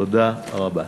תודה רבה.